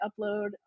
upload